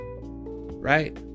right